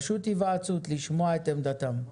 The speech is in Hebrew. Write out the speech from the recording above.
היוועצות לשמוע את עמדתם.